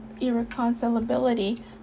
irreconcilability